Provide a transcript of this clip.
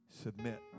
submit